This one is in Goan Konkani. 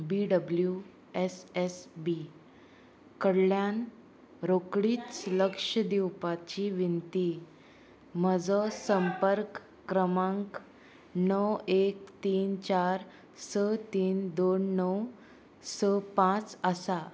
बी डबल्यू एस एस बी कडल्यान रोखडीच लक्ष दिवपाची विनती म्हजो संपर्क क्रमांक णव एक तीन चार स तीन दोन णव स पांच आसा